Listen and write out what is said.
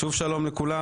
שוב שלום לכולם.